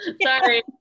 sorry